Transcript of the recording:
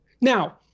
Now